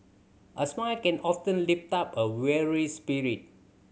a smile can often lift up a weary spirit